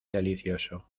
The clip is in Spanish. delicioso